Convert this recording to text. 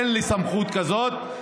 אין לי סמכות כזאת.